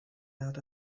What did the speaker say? out